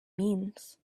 means